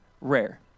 rare